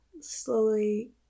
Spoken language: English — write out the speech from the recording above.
slowly